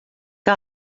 que